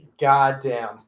Goddamn